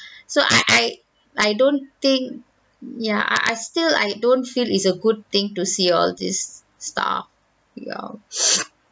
so I I I don't think ya I I still I don't feel is a good thing to see all this stuff ya